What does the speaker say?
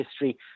history